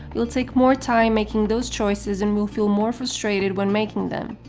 you'll take more time making those choices and will feel more frustrated when making them.